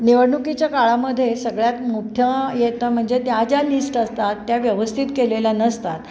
निवडणुकीच्या काळामध्ये सगळ्यात मोठ्ठं येतं म्हणजे त्या ज्या लिस्ट असतात त्या व्यवस्थित केलेल्या नसतात